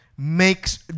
makes